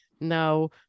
Now